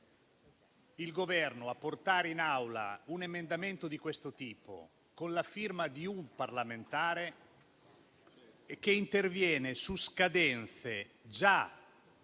è costretto a portare in Aula un emendamento di questo tipo con la firma di un parlamentare, che interviene su scadenze già